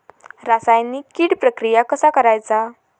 रासायनिक कीड प्रक्रिया कसा करायचा?